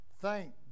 Thank